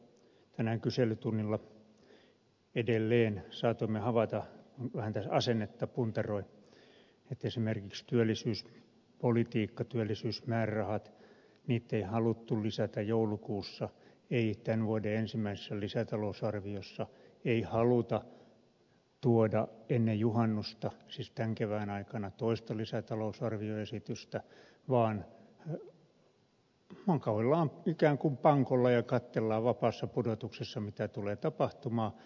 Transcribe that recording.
tänään kyselytunnilla edelleen saatoimme havaita kun vähän tässä asennetta puntaroi että esimerkiksi työllisyyspolitiikka työllisyysmäärärahat niitä ei haluttu lisätä joulukuussa ei tämän vuoden ensimmäisessä lisätalousarviossa ei haluta tuoda ennen juhannusta siis tämän kevään aikana toista lisätalousarvioesitystä vaan makoillaan ikään kuin pankolla ja katsellaan vapaassa pudotuksessa mitä tulee tapahtumaan